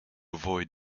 avoid